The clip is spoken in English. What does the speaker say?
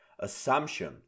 Assumption